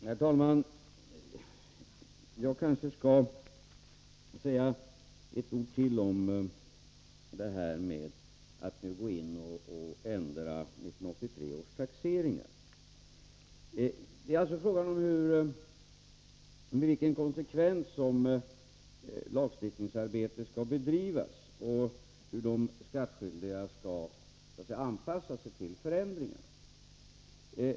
Herr talman! Jag kanske skall säga några ord till om tankarna på att nu gå in och ändra 1983 års taxering. Det är alltså fråga om med vilken konsekvens som lagstiftningsarbetet skall bedrivas och om hur de skattskyldiga skall anpassa sig till förändringarna.